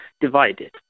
divided